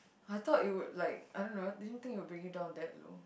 I thought it would like I don't know didn't think it would bring it down that low